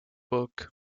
book